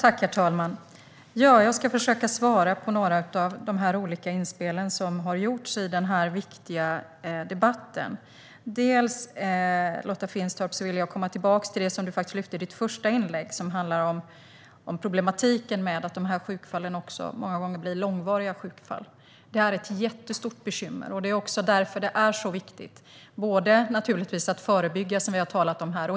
Herr talman! Jag ska försöka svara på några av de olika inspel som har gjorts i denna viktiga debatt. Jag vill komma tillbaka till det som Lotta Finstorp tog upp i sitt första inlägg, som handlar om problematiken med att de här sjukfallen också många gånger blir långvariga. Det är ett jättestort bekymmer. Det är därför som det är så viktigt att naturligtvis förebygga, som vi har talat om här.